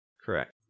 Correct